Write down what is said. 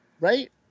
right